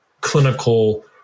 clinical